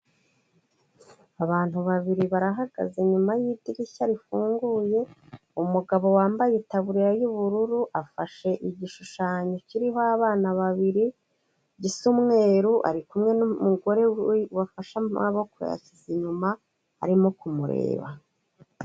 Abantu babiri barahagaze inyuma y'idirishya rifunguye, umugabo wambaye itaburiya y'ubururu afashe igishushanyo kiriho abana babiri gisa umweru, ari kumwe n'umugore wafashe amaboko yayashyize inyuma arimo kumureba.